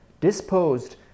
disposed